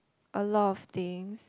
a lot of things